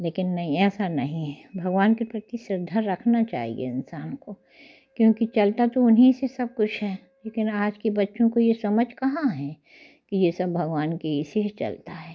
लेकिन नहीं ऐसा नहीं है भगवान के प्रति श्रद्धा रखना चाहिए इंसान को क्योंकि चलता तो उन्हीं से सब कुछ है लेकिन आज के बच्चों को ये समझ कहाँ है कि ये सब भगवान की से चलता है